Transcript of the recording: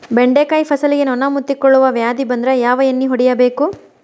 ಬೆಂಡೆಕಾಯ ಫಸಲಿಗೆ ನೊಣ ಮುತ್ತಿಕೊಳ್ಳುವ ವ್ಯಾಧಿ ಬಂದ್ರ ಯಾವ ಎಣ್ಣಿ ಹೊಡಿಯಬೇಕು?